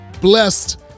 blessed